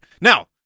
Now